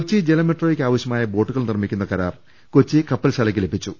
കൊച്ചി ജല മെട്രോയ്ക്ക് ആവശ്യമായ ബോട്ടുകൾ നിർമിക്കുന്ന കരാർ കൊച്ചി കപ്പൽശാലയ്ക്ക് ലഭിച്ചു